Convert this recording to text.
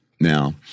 now